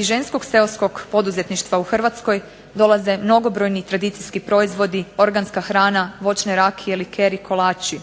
Iz ženskog seoskog poduzetništva u Hrvatskoj dolaze mnogobrojni tradicijski proizvodi, organska hrana, voćne rakije, likeri, kolači.